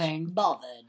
bothered